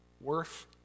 worth